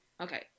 okay